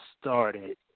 started